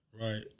Right